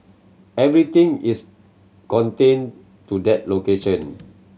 everything is contained to that location